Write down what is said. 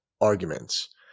arguments